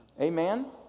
Amen